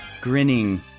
grinning